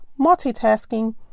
multitasking